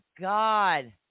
God